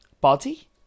Body